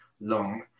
long